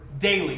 daily